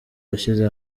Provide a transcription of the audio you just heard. yashyize